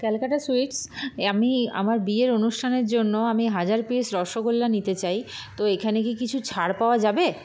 Calcutta sweets আমি আমার বিয়ের অনুষ্ঠানের জন্য আমি হাজার পিস রসোগোল্লা নিতে চাই তো এখানে কি কিছু ছাড় পাওয়া যাবে